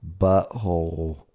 butthole